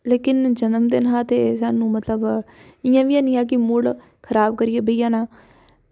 लौह्का नेआं जनम दिन हा ते सानूं मतलब इं'या बी निहा कि मूड़ खराब करियै बेही जाना